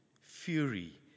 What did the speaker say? fury